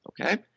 okay